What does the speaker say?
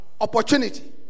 opportunity